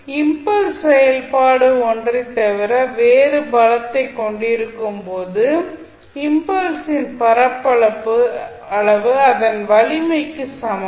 எனவே இம்பல்ஸ் செயல்பாடு ஒன்றை தவிர வேறு பலத்தைக் கொண்டிருக்கும்போது இம்பல்ஸின் பரப்பளவு அதன் வலிமைக்கு சமம்